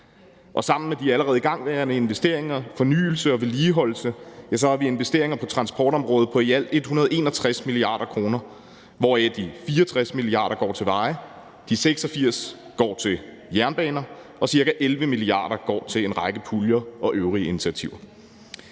sammen med de allerede igangværende investeringer i fornyelse og vedligeholdelse har vi investeringer på transportområdet for i alt 161 mia. kr., hvoraf de 64 mia. kr. går til veje, de 86 mia. kr. går til jernbaner og ca. 11 mia. kr. går til en række puljer og øvrige initiativer.